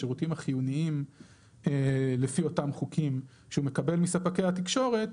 השירותים החיוניים לפי אותם חוקים שהוא מקבל מספקי התקשורת,